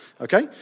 Okay